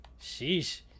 sheesh